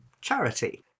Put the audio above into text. charity